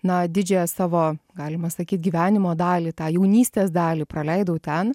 na didžiąją savo galima sakyt gyvenimo dalį tą jaunystės dalį praleidau ten